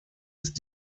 ist